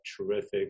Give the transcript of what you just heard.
terrific